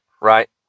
Right